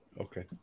Okay